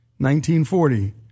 1940